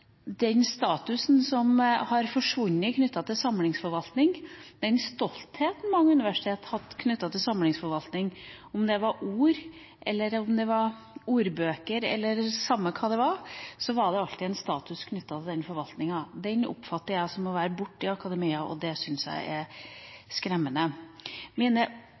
den statusen som har forsvunnet knyttet til samlingsforvaltning, den stoltheten mange universiteter har hatt knyttet til samlingsforvaltning – enten det var ord, eller det var ordbøker, eller samme hva det var, var det alltid en status knyttet til den forvaltninga – oppfatter jeg som å være borte i akademia. Det syns jeg er skremmende. Mine